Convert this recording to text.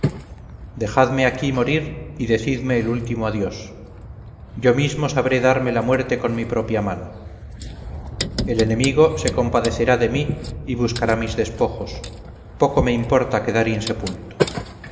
dejadme aquí morir y decidme el último adiós yo mismo sabré darme la muerte con mi propia mano el enemigo se compadecerá de mí y buscará mis despojos poco me importa quedar insepulto